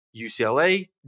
UCLA